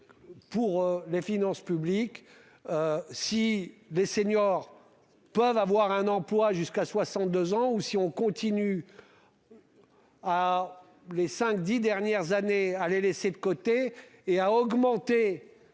Pour les finances publiques. Si des seniors. Peuvent avoir un emploi jusqu'à 62 ans ou si on continue. Ah les cinq 10 dernières années à les laisser de côté et à augmenter.